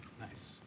Nice